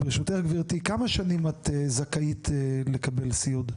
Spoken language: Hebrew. ברשותך גברתי, כמה שנים את זכאית לקבל סיעוד?